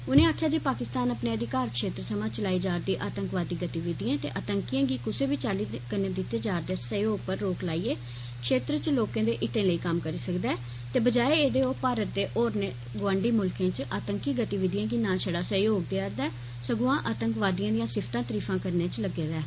उनें आक्खेया जे पाकिस्तान अपने अधिकार क्षेत्र थमां चलाई जा कदी आंतकवादी गतिविधियें ते आंतकियें गी कुसै बी चाल्ली कन्नै दित्ते जा करदे सैहयोग पर रोक लाइयै क्षेत्र इच लोकें दे हित्तै लेई कम्म करी सकदा ऐ ते बजाए एदे ओह भारत ते होरनें गोआंडी मुलखें इच आंतकी गतिविधियें गी ना छड़ा सैहयोग देआ करदा ऐ सगुआं आंतकवादियें दियां सिफ्तां तरीफां करने इच लग्गे दा ऐ